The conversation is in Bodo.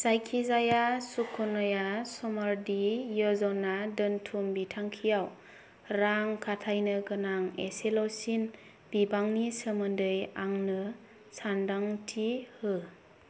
जायखिजाया सुकन्या समृद्धि य'जना दोन्थुम बिथांखियाव रां खाथायनो गोनां एसेल'सिन बिबांनि सोमोन्दै आंनो सानदांथि हो